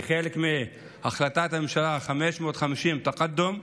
כחלק מהחלטת ממשלה 550, תקאדום,